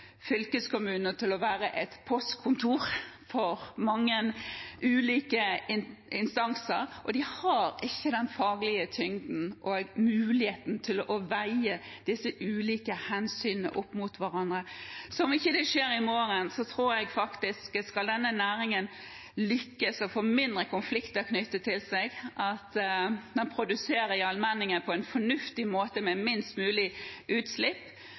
fylkeskommunene et postkontor for mange ulike instanser. De har ikke den faglige tyngden og muligheten til å veie disse ulike hensynene opp mot hverandre. Om det ikke skjer i morgen, tror jeg at hvis denne næringen skal lykkes og få færre konflikter knyttet til seg, må den produsere i allmenningen på en fornuftig måte med minst mulig utslipp.